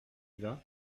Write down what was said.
vas